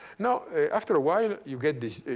now, after a while, you get this